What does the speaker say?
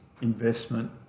investment